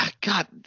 God